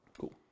Cool